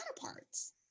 counterparts